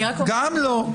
גם לא.